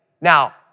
Now